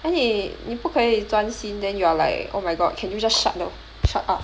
then 你你不可以专心 then you're like oh my god can you just shut the shut up